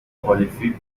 هالیفیلد